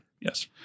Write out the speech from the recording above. Yes